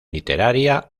literaria